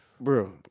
Bro